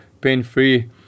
pain-free